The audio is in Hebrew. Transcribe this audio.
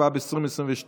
התשפ"ב 2022,